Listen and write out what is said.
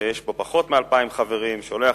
שיש בו פחות מ-2,000 חברים, שולח